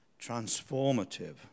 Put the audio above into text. transformative